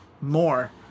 more